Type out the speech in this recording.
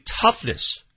toughness